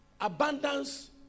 abundance